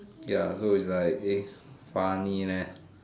ya so it's like eh funny leh